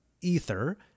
Ether